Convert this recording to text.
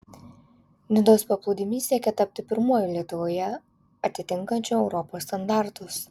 nidos paplūdimys siekia tapti pirmuoju lietuvoje atitinkančiu europos standartus